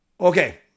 Okay